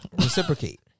Reciprocate